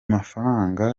mafaranga